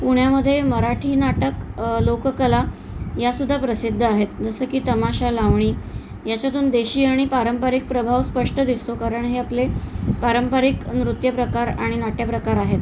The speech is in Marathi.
पुण्यामध्ये मराठी नाटक लोककला यासुद्धा प्रसिद्ध आहेत जसं की तमाशा लावणी याच्यातून देशी आणि पारंपरिक प्रभाव स्पष्ट दिसतो कारण हे आपले पारंपरिक नृत्य प्रकार आणि नाट्यप्रकार आहेत